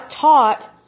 taught